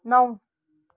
नौ